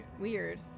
Weird